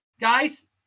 guys